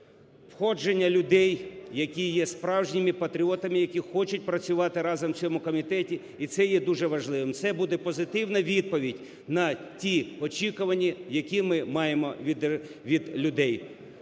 входження людей, які є справжніми патріотами, які хочуть працювати разом в цьому комітеті, і це є дуже важливим. Це буде позитивна відповідь на ті очікування, які ми маємо від людей.